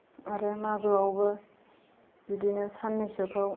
आरो मागोआवबो बिदिनो साननैसोखौ